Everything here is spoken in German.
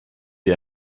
die